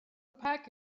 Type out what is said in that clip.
pack